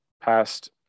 past